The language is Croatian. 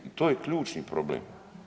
I to je ključni problem.